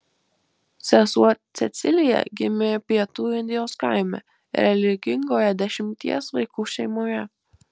sesuo cecilija gimė pietų indijos kaime religingoje dešimties vaikų šeimoje